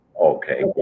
Okay